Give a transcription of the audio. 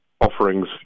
offerings